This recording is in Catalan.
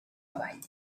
avall